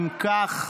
אם כך,